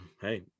hey